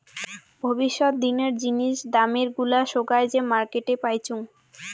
ভবিষ্যত দিনের জিনিস দামের গুলা সোগায় যে মার্কেটে পাইচুঙ